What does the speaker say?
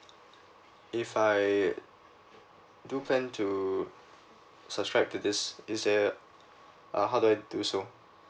if I do plan to subscribe to this is there uh how do I do so